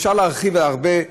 אפשר להרחיב הרבה.